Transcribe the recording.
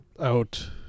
out